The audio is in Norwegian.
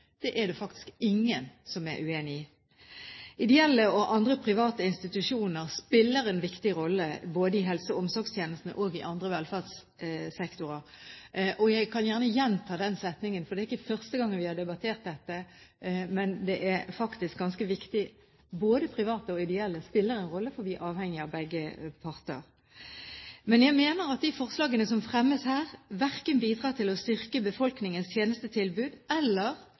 Det er det faktisk ingen som er uenig i. Ideelle og andre private institusjoner spiller en viktig rolle både i helse- og omsorgstjenestene og i andre velferdssektorer. Jeg kan gjerne gjenta den setningen, for det er ikke første gang vi har debattert dette, men det er faktisk ganske viktig: Både private og ideelle spiller en rolle, for vi er avhengig av begge parter. Men jeg mener at de forslagene som fremmes her, verken bidrar til å styrke befolkningens tjenestetilbud eller